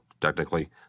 technically